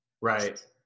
Right